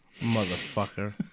motherfucker